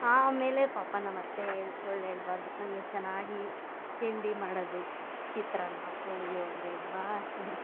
ಆಮೇಲೆ ಪಾಪ ನಮ್ಮತ್ತೆ ಸುಳ್ಳು ಹೇಳ್ಬಾರ್ದು ನನಗೆ ಚೆನ್ನಾಗಿ ತಿಂಡಿ ಮಾಡೋದು ಚಿತ್ರಾನ್ನ ಪುಳಿಯೊಗರೆ ಬಾತು